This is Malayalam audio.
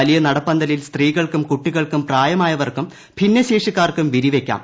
വലിയ നടപ്പന്തലിൽ സ്ത്രീകൾക്കും കുട്ടികൾക്കും പ്രായമായവർക്കും ഭിന്നശേഷിക്കാർക്കും വിരിവെയ്ക്കാം